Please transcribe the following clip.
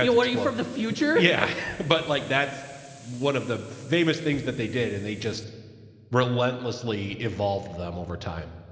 yeah what, are you from the future? yeah. but like that's one of the famous things that they did. and they just relentlessly evolved them over time.